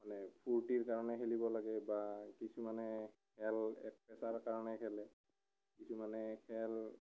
মানে ফুৰ্তিৰ কাৰণে খেলিব লাগে বা কিছুমানে খেল এটাৰ কাৰণে খেলে যিটো মানে খেল